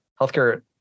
healthcare